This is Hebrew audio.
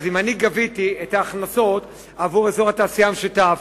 אז אם אני גביתי את ההכנסות עבור אזור התעשייה המשותף,